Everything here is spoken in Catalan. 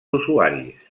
usuaris